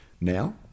now